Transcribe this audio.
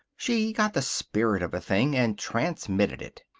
she got the spirit of a thing, and transmitted it.